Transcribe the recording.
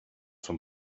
són